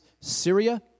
Syria